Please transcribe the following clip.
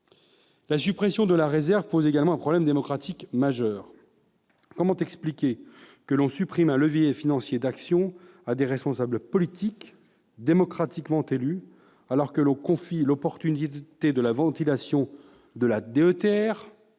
La suppression de la réserve pose également un problème démocratique majeur. Comment expliquer que l'on supprime un levier financier d'action à des responsables politiques démocratiquement élus, alors que l'on confie l'opportunité de la ventilation de la